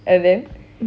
then